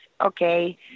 okay